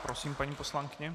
Prosím, paní poslankyně.